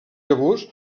llavors